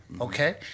Okay